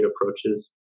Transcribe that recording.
approaches